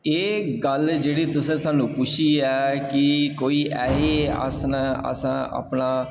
एह् गल्ल जेह्ड़ी तुसें सानूं पुच्छी ऐ कि कोई ऐहे आसन असें अपना